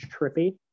trippy